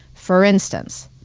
for instance,